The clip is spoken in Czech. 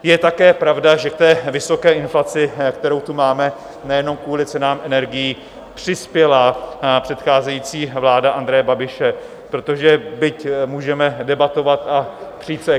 Je také pravda, že k té vysoké inflaci, kterou tu máme nejenom kvůli cenám energií, přispěla předcházející vláda Andreje Babiše, protože byť můžeme debatovat a přít se...